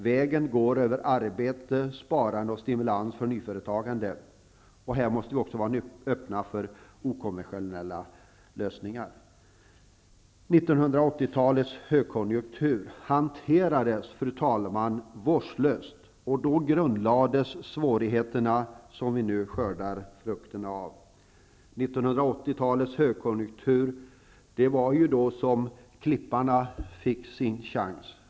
Vägen går över arbete, sparande och stimulans för nyföretagande. Här måste finnas en öppenhet för okonventionella lösningar. Fru talman! 1980-talets högkonjunktur hanterades vårdslöst. Då grundlades svårigheterna, som vi nu skördar frukterna av. Det var under 1980-talets högkonjunktur som ''klipparna'' fick sin chans.